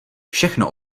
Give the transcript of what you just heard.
všechno